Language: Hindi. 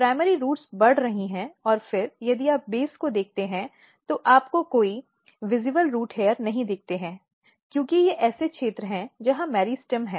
प्राइमरी रूट्स बढ़ रही है और फिर यदि आप बेस को देखते हैं तो आपको कोई दृश्यमान रूट हेयर नहीं दिखते हैं क्योंकि ये ऐसे क्षेत्र हैं जहां मेरिस्टेम है